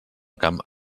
camp